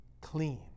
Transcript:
clean